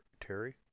Terry